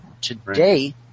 today